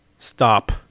Stop